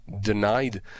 denied